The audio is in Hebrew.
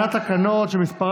מס'